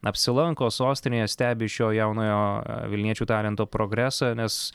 apsilanko sostinėje stebi šio jaunojo vilniečių talento progresą nes